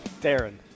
Darren